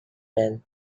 bell